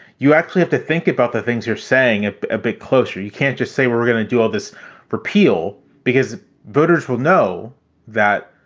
you actually have to think about the things you're saying a bit closer. you can't just say we're going to do all this repeal because voters will know that,